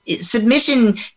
submission